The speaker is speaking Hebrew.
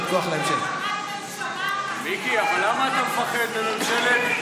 למה אתם לא מחזירים את המנדט לנשיא?